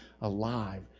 alive